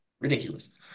ridiculous